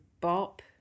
bop